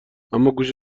اماگوش